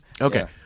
Okay